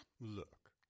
Look